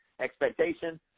expectation